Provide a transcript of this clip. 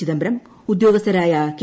ചിദംബരം ഉദ്യോഗസ്ഥരായ കെ